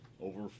over